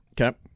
Okay